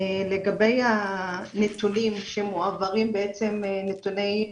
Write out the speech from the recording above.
לגבי הנתונים שמועברים, בעצם נתוני עלייה,